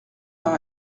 par